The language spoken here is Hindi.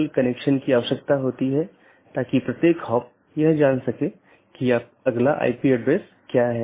इसलिए पड़ोसियों की एक जोड़ी अलग अलग दिनों में आम तौर पर सीधे साझा किए गए नेटवर्क को सूचना सीधे साझा करती है